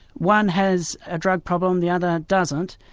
one has a drug problem, the other doesn't,